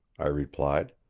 i replied.